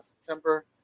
September